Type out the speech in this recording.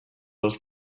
els